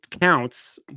counts